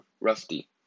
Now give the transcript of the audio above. rusty